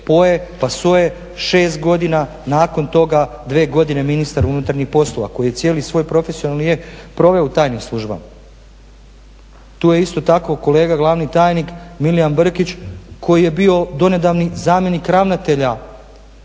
POA-e, pa SOA-e 6 godina, nakon toga dvije godina ministar unutarnjih poslova koji je svoj profesionalni vijek proveo u tajnim službama. Tu je isto tako kolega glavni tajnik MIlijan Brkić koji je bio donedavni zamjenik ravnatelja